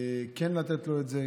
כן לתת לו את זה,